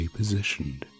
repositioned